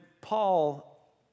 Paul